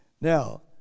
Now